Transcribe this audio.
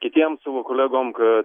kitiem savo kolegom kad